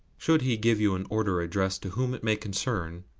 should he give you an order addressed to whom it may concern,